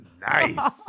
nice